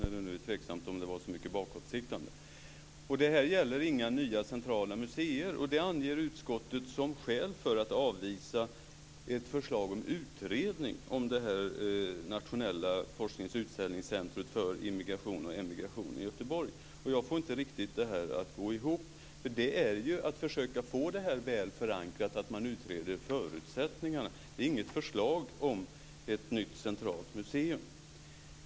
Fru talman! Jag hade ungefär samma tankegångar kring Världsmuseet och orden väl förankrade. Jag håller med Annika Nilsson om detta med "väl förankrat" bör vara framåtsiktande, när det nu är tveksamt om det var så mycket av det om vi ser bakåt. Det skall inte vara några nya centrala museer. Det anger utskottet som skäl för att avvisa en utredning om det nationella forsknings och utställningscentrumet för immigration och emigration i Göteborg. Jag får inte riktigt det att gå ihop. Det är för att få det väl förankrat som man skall utreda förutsättningarna. Det är inget förslag om ett nytt centralt museum.